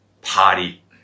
party